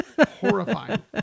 Horrifying